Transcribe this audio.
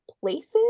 places